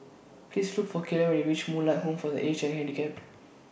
Please Look For Caleb when YOU REACH Moonlight Home For The Aged Handicapped